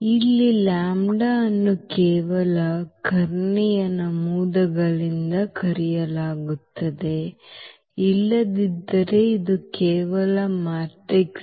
ಇಲ್ಲಿ λ ಅನ್ನು ಕೇವಲ ಕರ್ಣೀಯ ನಮೂದುಗಳಿಂದ ಕಳೆಯಲಾಗುತ್ತದೆ ಇಲ್ಲದಿದ್ದರೆ ಇದು ಕೇವಲ ಮ್ಯಾಟ್ರಿಕ್ಸ್ A